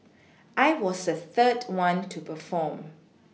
I was the third one to perform